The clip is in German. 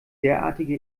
derartige